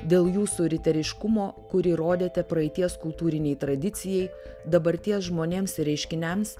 dėl jūsų riteriškumo kurį rodėte praeities kultūrinei tradicijai dabarties žmonėms ir reiškiniams